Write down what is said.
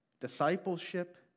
discipleship